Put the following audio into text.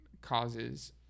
causes